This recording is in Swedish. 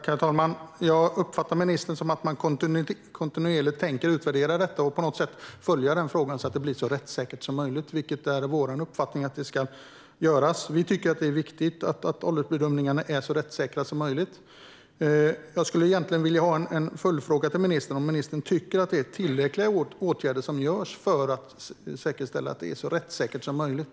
Herr talman! Jag uppfattar ministerns svar som att man tänker utvärdera detta kontinuerligt och på något sätt följa frågan, så att det blir så rättssäkert som möjligt. Det är även vår uppfattning att detta ska göras. Vi tycker att det är viktigt att åldersbedömningarna är så rättssäkra som möjligt. Jag skulle vilja ställa en följdfråga till ministern. Tycker ministern att de åtgärder som vidtas är tillräckliga för att säkerställa att det är så rättssäkert som möjligt?